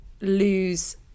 lose